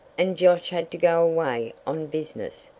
and josh had to go away on business.